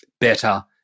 better